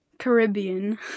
Caribbean